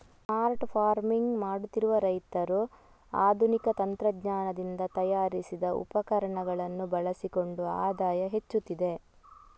smart farming ಮಾಡುತ್ತಿರುವ ರೈತರು ಆಧುನಿಕ ತಂತ್ರಜ್ಞಾನದಿಂದ ತಯಾರಿಸಿದ ಉಪಕರಣಗಳನ್ನು ಬಳಸಿಕೊಂಡು ಆದಾಯ ಹೆಚ್ಚುತ್ತಿದೆ